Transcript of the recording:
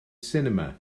sinema